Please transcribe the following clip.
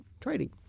trading